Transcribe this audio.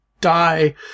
die